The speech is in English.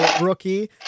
rookie